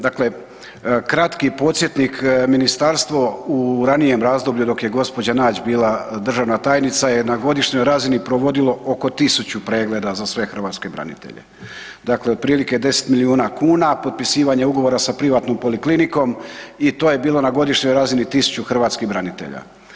Dakle, kratki podsjetnik, ministarstvo u ranijem razdoblju dok je gospođa Nađ bila državna tajnica je na godišnjoj razini provodilo oko 1000 pregleda za sve hrvatske branitelje, dakle otprilike 10 milijuna kuna, potpisivanje ugovora sa privatnom poliklinikom i to je bilo na godišnjoj razini 1000 hrvatskih branitelja.